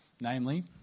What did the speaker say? namely